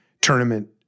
tournament